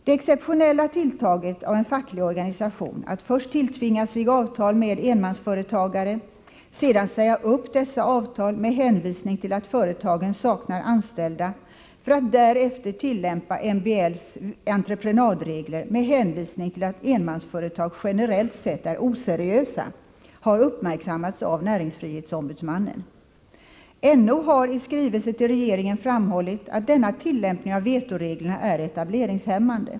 Det exceptionella tilltaget av en facklig organisation att först tilltvinga sig avtal med enmansföretagare och sedan säga upp dessa avtal med hänvisning till att företagen saknar anställda för att därefter tillämpa MBL:s entreprenadregler med hänvisning till att enmansföretag generellt sett är oseriösa, har uppmärksammats av näringsfrihetsombudsmannen. NO har i skrivelse till regeringen framhållit att denna tillämpning av vetoreglerna är etableringshämmande.